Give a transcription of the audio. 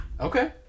Okay